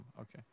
Okay